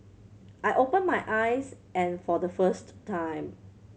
I open my eyes and for the first time